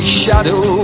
shadow